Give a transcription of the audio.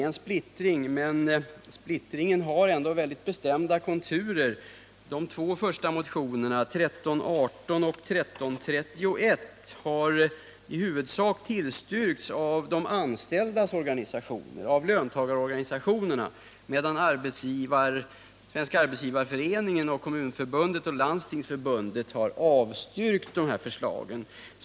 Det finns en splittring, men denna har väldigt bestämda konturer. De två första motionerna, nr 1318 och nr 1331, har i huvudsak tillstyrkts av de anställdas organisationer, av löntagarorganisationerna, medan Svenska arbetsgivareföreningen och Kommunförbundet och Landstingsförbundet har avstyrkt förslagen.